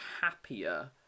happier